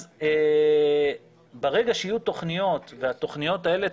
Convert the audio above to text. אז ברגע שיהיו תכניות והתכניות האלה,